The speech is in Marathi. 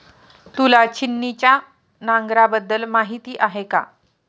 तुला छिन्नीच्या नांगराबद्दल माहिती आहे का?